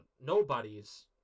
nobody's